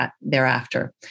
thereafter